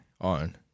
On